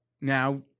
now